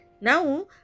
Now